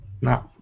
No